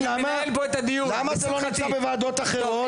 למה אתה לא נמצא בוועדות אחרות?